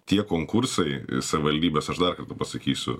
tie konkursai savivaldybės aš dar kartą pasakysiu